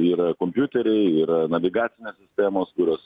yra kompiuteriai yra navigacinės sistemos kurios